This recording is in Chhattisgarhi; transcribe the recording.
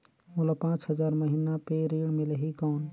मोला पांच हजार महीना पे ऋण मिलही कौन?